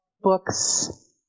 books